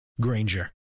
Granger